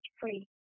free